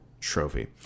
Trophy